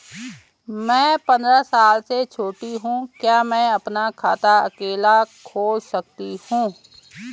मैं पंद्रह साल से छोटी हूँ क्या मैं अपना खाता अकेला खोल सकती हूँ?